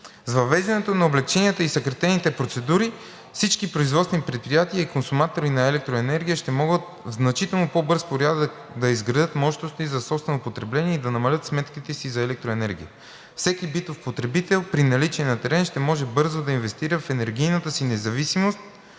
С въвеждането на облекченията и съкратените процедури всички производствени предприятия и консуматори на електроенергия ще могат в значително по-бърз порядък да изградят мощности за собствено потребление и да намалят сметките си за електроенергия. Всеки битов потребител при наличие на терен ще може бързо да инвестира в енергийната си независимост